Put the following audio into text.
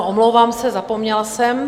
Omlouvám se, zapomněla jsem.